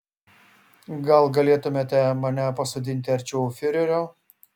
gal galėtumėte mane pasodinti arčiau fiurerio